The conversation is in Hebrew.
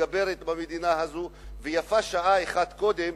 ומתגברת במדינה הזאת, ויפה שעה אחת קודם